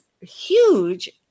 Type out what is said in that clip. huge